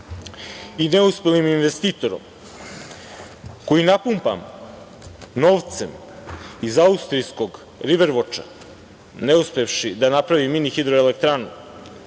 i neuspelim investitorom, koji napumpan novcem iz austrijskog Rivervoča, neuspevši da napravi mini hidroelektranu,